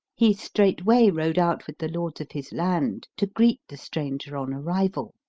he straightway rode out with the lords of his land to greet the stranger on arrival.